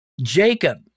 Jacob